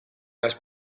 las